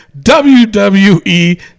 WWE